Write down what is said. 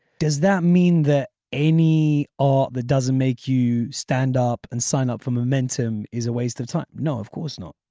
does that mean that any art that doesn't make you stand up and sign up for momentum is a waste of time. no of course not.